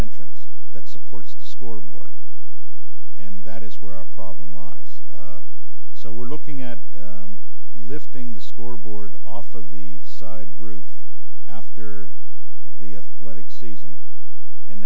entrance that supports the scoreboard and that is where our problem lies so we're looking at lifting the scoreboard off of the side roof after the athletic season and